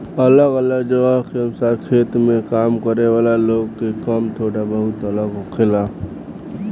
अलग अलग जगह के अनुसार खेत में काम करे वाला लोग के काम थोड़ा बहुत अलग होखेला